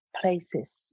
places